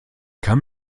kann